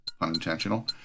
unintentional